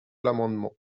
l’amendement